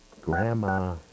Grandma